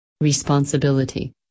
Responsibility